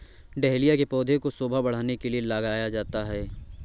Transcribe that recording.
dahlia के पौधे को शोभा बढ़ाने के लिए लगाया जाता है